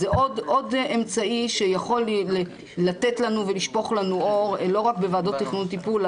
זה עוד אמצעי שיכול לתת לנו ולשפוך לנו אור לא רק בוועדות תכנון טיפול,